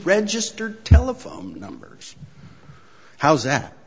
register telephone numbers how's that